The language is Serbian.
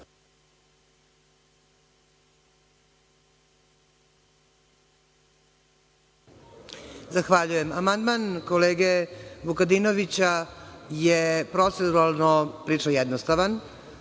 Zahvaljujem. Amandman kolege Vukadinovića je proceduralno prilično jednostavan.